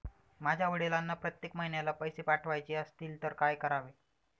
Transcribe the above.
माझ्या वडिलांना प्रत्येक महिन्याला पैसे पाठवायचे असतील तर काय करावे?